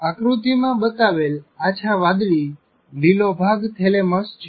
આકૃતિમાં બતાવેલ આછા વાદળી - લીલો ભાગ થેલેમસ છે